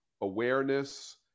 awareness